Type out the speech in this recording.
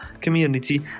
community